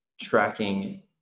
tracking